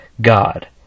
God